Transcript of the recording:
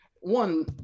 One